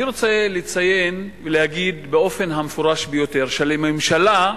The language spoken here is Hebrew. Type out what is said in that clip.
אני רוצה לציין ולהגיד באופן המפורש ביותר שלממשלה,